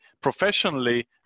professionally